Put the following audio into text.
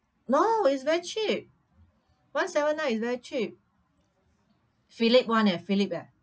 no it's very cheap [one] seven nine is cheap Philips [one] eh Philips eh